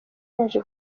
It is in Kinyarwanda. yaje